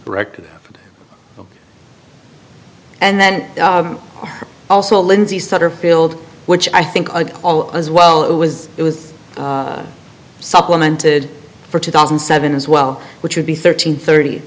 correct and then also lindsey satterfield which i think of all as well it was it was supplemented for two thousand and seven as well which would be thirteen thirty